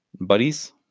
buddies